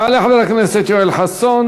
יעלה חבר הכנסת יואל חסון.